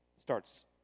starts